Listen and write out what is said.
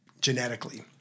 genetically